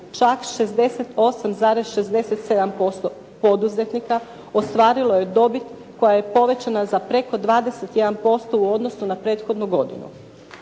čak 68,67% poduzetnika ostvarilo je dobit koja je povećana za preko 21% u odnosu na prethodnu godinu.